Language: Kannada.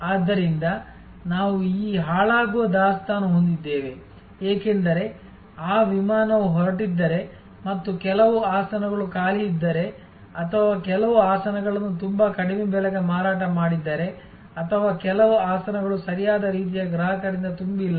ಆದ್ದರಿಂದ ನಾವು ಈ ಹಾಳಾಗುವ ದಾಸ್ತಾನು ಹೊಂದಿದ್ದೇವೆ ಏಕೆಂದರೆ ಆ ವಿಮಾನವು ಹೊರಟಿದ್ದರೆ ಮತ್ತು ಕೆಲವು ಆಸನಗಳು ಖಾಲಿಯಾಗಿದ್ದರೆ ಅಥವಾ ಕೆಲವು ಆಸನಗಳನ್ನು ತುಂಬಾ ಕಡಿಮೆ ಬೆಲೆಗೆ ಮಾರಾಟ ಮಾಡಿದ್ದರೆ ಅಥವಾ ಕೆಲವು ಆಸನಗಳು ಸರಿಯಾದ ರೀತಿಯ ಗ್ರಾಹಕರಿಂದ ತುಂಬಿಲ್ಲ